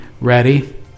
ready